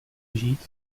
žít